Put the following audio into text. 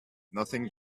nothing